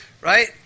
right